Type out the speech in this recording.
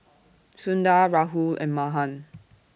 Sundar Rahul and Mahan